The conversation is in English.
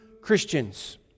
Christians